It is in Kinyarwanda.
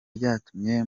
byatumye